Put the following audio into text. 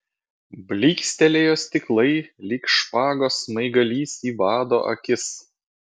blykstelėjo stiklai lyg špagos smaigalys į vado akis